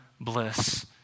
bliss